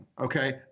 okay